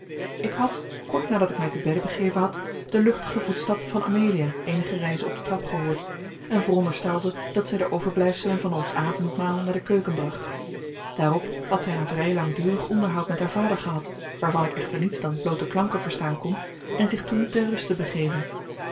ik had kort nadat ik mij te bedde begeven had den luchtigen voetstap van amelia eenige reizen op de trappen gehoord en veronderstelde dat zij de overblijfselen van ons avondmaal naar de keuken bracht daarop had zij een vrij langdurig onderhoud met haar vader gehad waarvan ik echter niets dan bloote klanken verstaan kon en zich toen ter ruste begeven